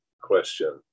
question